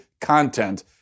content